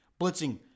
Blitzing